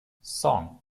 song